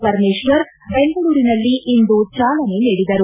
ಪರಮೇಶ್ವರ್ ದೆಂಗಳೂರಿನಲ್ಲಿಂದು ಚಾಲನೆ ನೀಡಿದರು